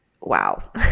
wow